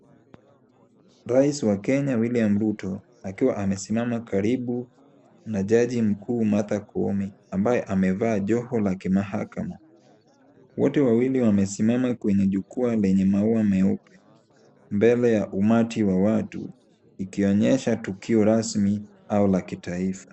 Rais wa Kenya William Ruto akiwa amesimama karibu na jaji mkuu Martha Koome, ambaye amevaa joho la kimahakama. Wote wawili wamesimama kwenye jukwaa lenye maua meupe mbele ya umati wa watu, ikionyesha tukio rasmi au la kitaifa.